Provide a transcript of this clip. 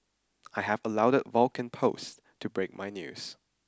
I have allowed the Vulcan post to break my news